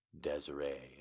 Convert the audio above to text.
Desiree